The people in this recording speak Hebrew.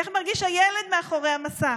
איך מרגיש הילד מאחורי המסך?